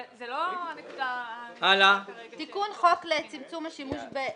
זו לא הנקודה היחידה שכרגע דורשת בחינה.